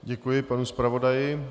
Děkuji panu zpravodaji.